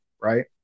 Right